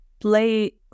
play